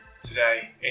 today